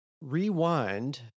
rewind